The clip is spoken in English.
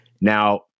Now